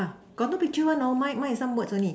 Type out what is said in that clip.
got no picture one no mine mine is some words only